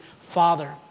father